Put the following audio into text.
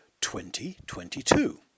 2022